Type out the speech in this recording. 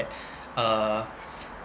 uh